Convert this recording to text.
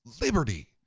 liberty